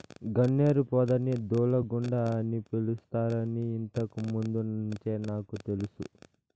గన్నేరు పొదని దూలగుండ అని పిలుస్తారని ఇంతకు ముందు నుంచే నాకు తెలుసును